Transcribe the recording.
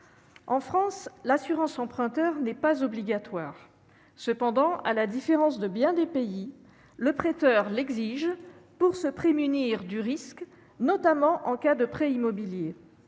en France, l'assurance emprunteur n'est pas obligatoire. Cependant, à la différence de bien des pays, le prêteur l'exige pour se prémunir du risque, notamment en cas de prêt immobilier.